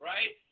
Right